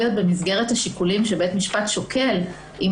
במסגרת השיקולים שבית משפט שוקל.